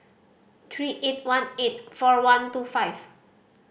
three eight one eight four one two five